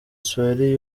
swahili